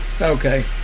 Okay